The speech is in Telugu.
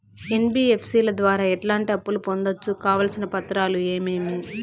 ఎన్.బి.ఎఫ్.సి ల ద్వారా ఎట్లాంటి అప్పులు పొందొచ్చు? కావాల్సిన పత్రాలు ఏమేమి?